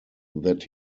that